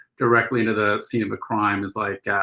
directly into the scene of a crime is like a